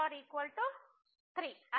మునుపటి అసమానత f03